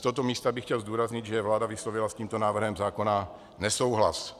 Z tohoto místa bych chtěl zdůraznit, že vláda vyslovila s tímto návrhem zákona nesouhlas.